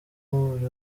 buri